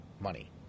money